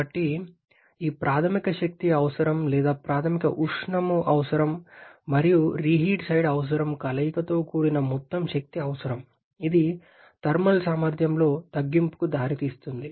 కాబట్టి ఈ ప్రాథమిక శక్తి అవసరం లేదా ప్రాథమిక ఉష్ణ అవసరం మరియు రీహీట్ సైడ్ అవసరం కలయికతో కూడిన మొత్తం శక్తి అవసరం ఇది థర్మల్ సామర్థ్యంలో తగ్గింపుకు దారితీస్తుంది